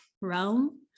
realm